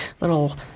little